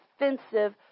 offensive